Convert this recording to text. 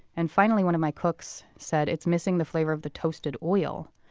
and finally one of my cooks said it's missing the flavor of the toasted oil,